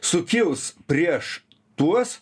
sukils prieš tuos